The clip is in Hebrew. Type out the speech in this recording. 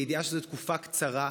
בידיעה שזאת תקופה קצרה,